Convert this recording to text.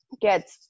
get